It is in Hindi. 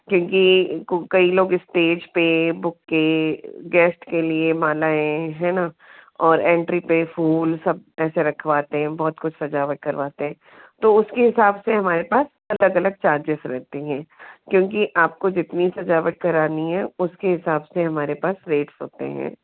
क्योंकि कई लोग स्टेज पर बुक्के गेस्ट के लिए मालाएँ है ना और एंट्री पर फूल सब ऐसे रखवाते हैं बहुत कुछ सजावट करवाते हैं तो उसके हिसाब से हमारे पास अलग अलग चार्जेज़ रहते हैं क्योंकि आपको जितनी सजावट करानी है उसके हिसाब से हमारे पास रेट्स होते हैं